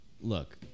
Look